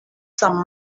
some